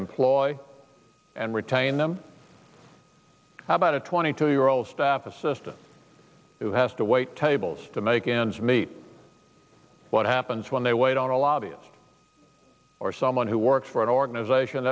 employ and retain them about a twenty two year old staff assistant who has to wait tables to make ends meet what happens when they wait on a lobbyist or someone who works for an organization